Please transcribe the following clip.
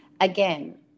again